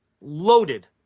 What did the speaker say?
loaded